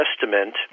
Testament